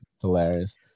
hilarious